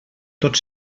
tot